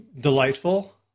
delightful